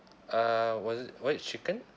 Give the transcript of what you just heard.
uh was it was it chicken